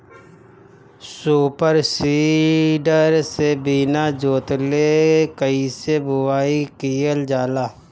Super seeder से बीना जोतले कईसे बुआई कयिल जाला?